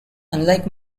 unlike